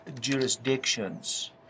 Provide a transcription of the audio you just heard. jurisdictions